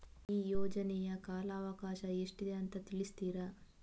ಈ ಯೋಜನೆಯ ಕಾಲವಕಾಶ ಎಷ್ಟಿದೆ ಅಂತ ತಿಳಿಸ್ತೀರಾ?